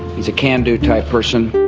he's a can-do type person.